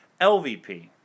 LVP